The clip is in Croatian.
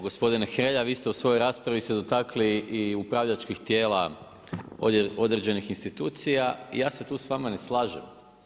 Gospodine Hrelja, vi ste u svojoj raspravi se dotakli i upravljačkih tijela određenih institucija, ja se tu s vama ne slažem.